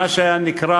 מה שהיה נקרא